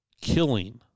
killing